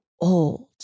old